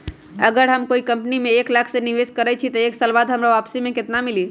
अगर हम कोई कंपनी में एक लाख के निवेस करईछी त एक साल बाद हमरा वापसी में केतना मिली?